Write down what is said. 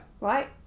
Right